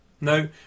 No